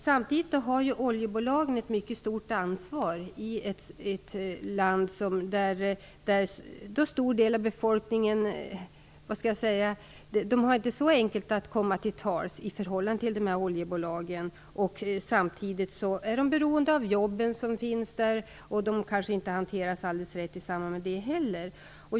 Samtidigt har oljebolagen ett mycket stort ansvar i ett land där en stor del av befolkningen inte har så lätt att komma till tals i förhållande till oljebolagen. Dessutom är de beroende av de jobb som finns där. De hanteras kanske inte alldeles rätt i samband med det heller.